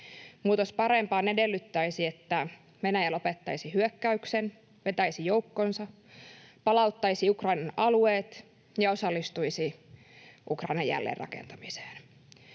Muutos parempaan edellyttäisi, että Venäjä lopettaisi hyökkäyksen, vetäisi joukkonsa, palauttaisi Ukrainan alueet ja osallistuisi Ukrainan jälleenrakentamiseen.